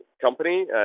company